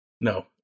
No